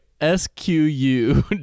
S-Q-U